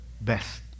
best